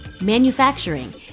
manufacturing